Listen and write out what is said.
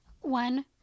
one